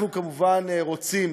אנחנו כמובן רוצים,